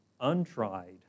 untried